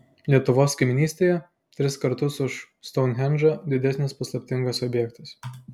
lietuvos kaimynystėje tris kartus už stounhendžą didesnis paslaptingas objektas